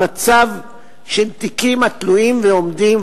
המצב של תיקים התלויים ועומדים,